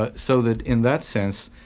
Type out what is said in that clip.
ah so that in that sense,